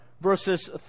verses